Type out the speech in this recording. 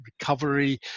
recovery